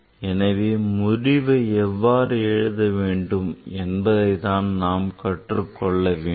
எனவே முடிவை எவ்வாறு எழுத வேண்டும் என்பதைத்தான் நாம் கற்றுக்கொள்ள வேண்டும்